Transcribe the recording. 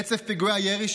רצף פיגועי הירי,